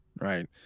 right